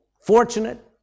fortunate